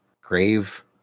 grave